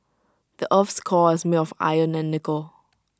the Earth's core is made of iron and nickel